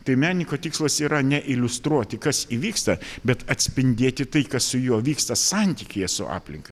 tai menininko tikslas yra ne iliustruoti kas įvyksta bet atspindėti tai kas su juo vyksta santykyje su aplinka